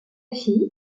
fille